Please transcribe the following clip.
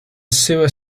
sewer